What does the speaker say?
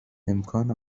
امکان